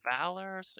Valor